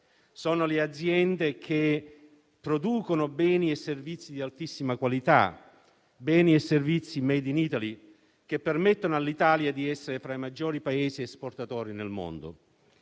sono le aziende che producono beni e servizi di altissima qualità, *made in Italy*, che permettono all'Italia di essere fra i maggiori Paesi esportatori nel mondo.